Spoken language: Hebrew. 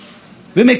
מי מרוצה מזה?